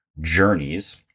journeys